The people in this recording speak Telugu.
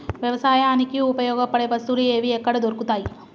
వ్యవసాయానికి ఉపయోగపడే వస్తువులు ఏవి ఎక్కడ దొరుకుతాయి?